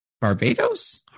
Barbados